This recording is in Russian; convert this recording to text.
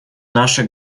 наше